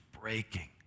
breaking